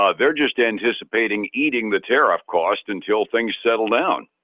ah they're just anticipating eating the tariff cost until things settle down.